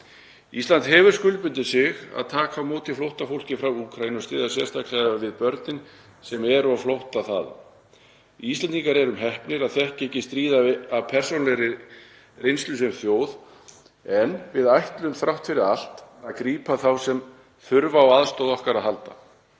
Ísland hefur skuldbundið sig til þess að taka á móti flóttafólki frá Úkraínu og styðja sérstaklega við börn sem eru á flótta þaðan. Við Íslendingar erum heppnir að þekkja ekki stríð af persónulegri reynslu sem þjóð en við ætlum þrátt fyrir það að grípa þá sem þurfa á aðstoð okkar að halda.